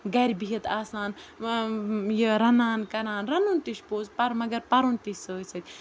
گَرِ بِہِتھ آسان یہِ رَنان کَران رَنُن تہِ چھِ پوٚز پر مگر پَرُن تہِ چھِ سۭتۍ سۭتۍ